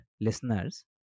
listeners